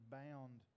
bound